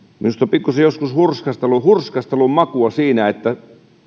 on joskus pikkuisen hurskastelun makua siinä että